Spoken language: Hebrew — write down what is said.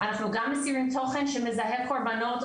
אנחנו גם מסירים תוכן שמזהה קורבנות,